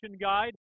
guide